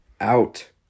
Out